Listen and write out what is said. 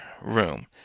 room